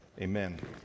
Amen